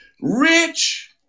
Rich